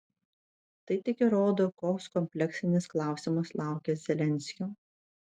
tai tik įrodo koks kompleksinis klausimas laukia zelenskio